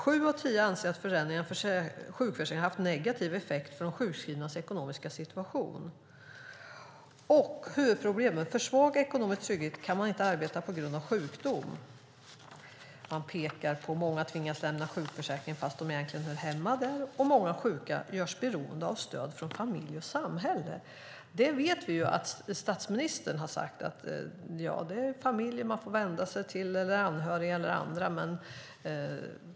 Sju av tio anser att förändringarna i sjukförsäkringen haft en negativ effekt på de sjukskrivnas ekonomiska situation. Huvudproblemet är en för svag ekonomisk trygghet när man inte kan arbeta på grund av sjukdom. Man pekar på att många tvingas lämna sjukförsäkringen fast de egentligen hör hemma där, och många sjuka görs beroende av stöd från familj och samhälle. Vi vet att statsministern har sagt att man får vända sig till familjen, anhöriga eller andra.